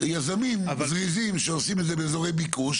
יזמים זריזים שעושים את זה באזורי ביקוש